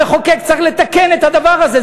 המחוקק צריך לתקן את הדבר הזה,